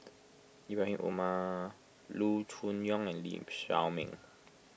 Ibrahim Omar Loo Choon Yong and Lee Shao Meng